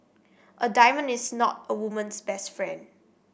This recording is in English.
a diamond is not a woman's best friend